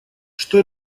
что